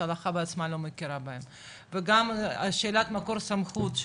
שההלכה בעצמה לא מכירה בהם וגם השאלת מקור סמכות,